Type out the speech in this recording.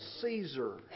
Caesar